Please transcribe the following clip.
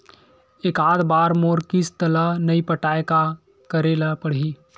एकात बार मोर किस्त ला नई पटाय का करे ला पड़ही?